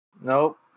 Nope